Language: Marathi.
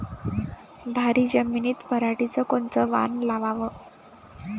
भारी जमिनीत पराटीचं कोनचं वान लावाव?